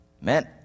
Man